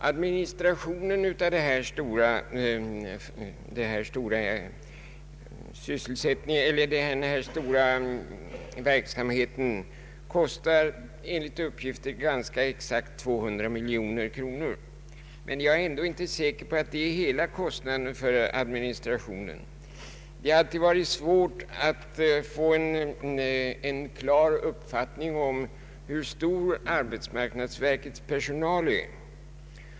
Administrationen av denna stora verksamhet kostar enligt uppgift ganska exakt 200 miljoner kronor. Jag är dock inte säker på att detta är hela kostnaden för administrationen. Det har alltid varit svårt att få en klar uppfattning om hur stor arbetsmarknadsverkets personal är.